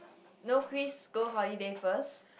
no quiz go holiday first